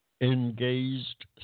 engaged